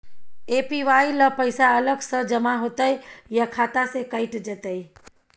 APY ल पैसा अलग स जमा होतै या खाता स कैट जेतै?